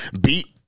beat